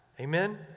Amen